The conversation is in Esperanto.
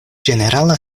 ĝenerala